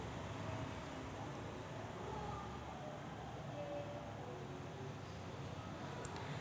मले माया मित्राले दुसऱ्या शयरात पैसे पाठवाचे हाय, त्यासाठी मले का करा लागन?